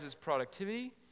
productivity